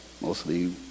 mostly